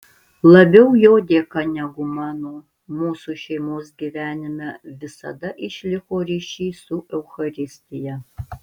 labiau jo dėka negu mano mūsų šeimos gyvenime visada išliko ryšys su eucharistija